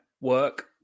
work